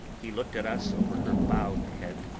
he looked at us over her bowed head,